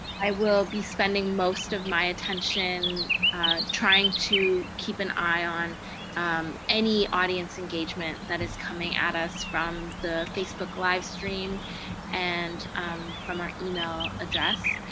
i will be spending most of my attention trying to keep an eye on any audience engagement that is coming at us from the facebook livestream and from our email address.